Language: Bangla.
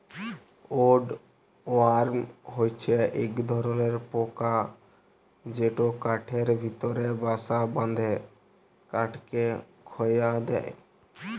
উড ওয়ার্ম হছে ইক ধরলর পকা যেট কাঠের ভিতরে বাসা বাঁধে কাঠকে খয়ায় দেই